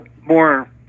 more